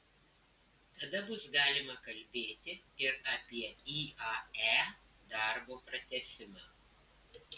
tada bus galima kalbėti ir apie iae darbo pratęsimą